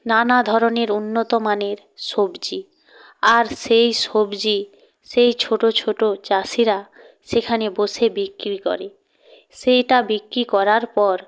নানা ধরনের উন্নত মানের সবজি আর সেই সবজি সেই ছোটো ছোটো চাষিরা সেখানে বসে বিক্রি করে সেইটা বিক্রি করার পর